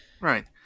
Right